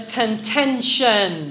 contention